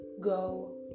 go